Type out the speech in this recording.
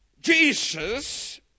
Jesus